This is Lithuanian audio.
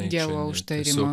dievo užtarimo